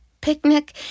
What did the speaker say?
picnic